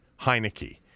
Heineke